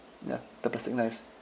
ya the plastic knives